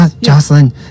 Jocelyn